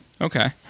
Okay